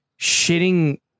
shitting